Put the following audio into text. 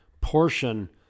portion